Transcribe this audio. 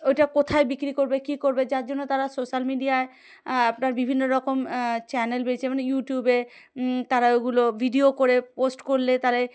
ওইটা কোথায় বিক্রি করবে কী করবে যার জন্য তারা সোশ্যাল মিডিয়ায় আপনার বিভিন্ন রকম চ্যানেল বেরিয়েছে মানে ইউটিউবে তারা ওইগুলো ভিডিও করে পোস্ট করলে তাহলে